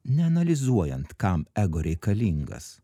neanalizuojant kam ego reikalingas